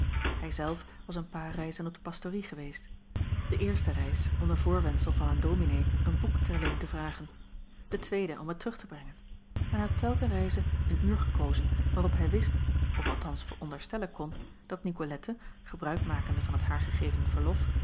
ij zelf was een paar reizen op de pastorie geweest de eerste reis onder voorwendsel van aan ominee een boek ter leen te vragen de tweede om het terug te brengen en hij had telken reize een uur gekozen waarop hij wist of althans onderstellen kon dat icolette gebruik makende van het haar gegeven verlof